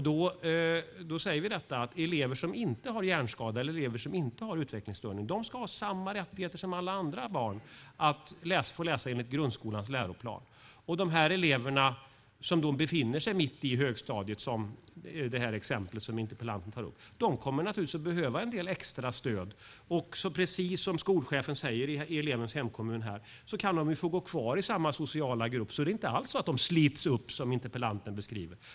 Därför säger vi att elever som inte har hjärnskada eller utvecklingsstörning ska ha samma rättigheter som alla andra barn att få läsa enligt grundskolans läroplan. De elever som befinner sig mitt i högstadiet, som i det exempel som interpellanten tar upp, kommer naturligtvis att behöva en del extra stöd. De kan också, precis som skolchefen i elevens hemkommun säger, få gå kvar i samma sociala grupp. Det är inte alls så att de slits upp, som interpellanten beskriver.